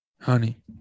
Honey